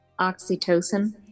oxytocin